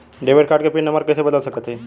Debit card क PIN number कइसे बदल सकत हई?